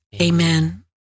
Amen